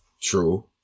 True